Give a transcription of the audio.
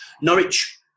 Norwich